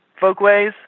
Folkways